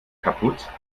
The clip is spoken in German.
kaputt